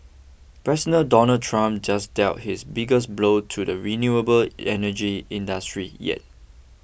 President Donald Trump just dealt his biggest blow to the renewable energy industry yet